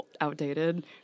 outdated